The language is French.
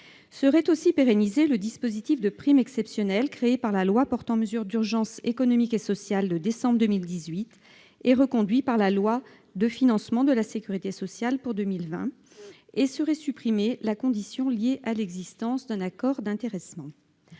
Serait aussi pérennisé le dispositif de prime exceptionnelle créé par la loi portant mesures d'urgence économiques et sociales de décembre 2018 et reconduit par la loi de financement de la sécurité sociale pour 2020 et serait supprimée la condition liée à l'existence d'un accord d'intéressement.